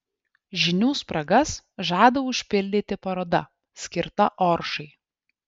žinių spragas žada užpildyti paroda skirta oršai